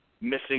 missing